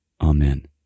Amen